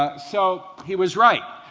ah so he was right.